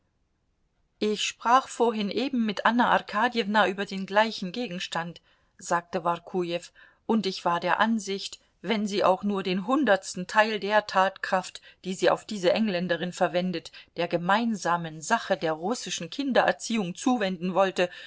ich sprach vorhin eben mit anna arkadjewna über den gleichen gegenstand sagte workujew und ich war der ansicht wenn sie auch nur den hundertsten teil der tatkraft die sie auf diese engländerin verwendet der gemeinsamen sache der russischen kindererziehung zuwenden wollte